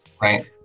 right